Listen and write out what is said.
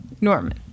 Norman